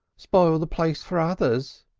spoil the place for others,